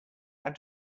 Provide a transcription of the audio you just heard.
had